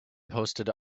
posted